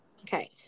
Okay